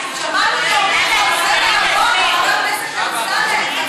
שמענו נאומים, מחבר הכנסת אמסלם, לא